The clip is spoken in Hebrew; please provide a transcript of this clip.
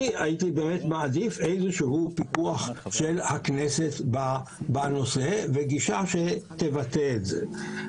אני הייתי באמת מעדיף איזשהו פיקוח של הכנסת בנושא וגישה שתבטא את זה.